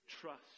Trust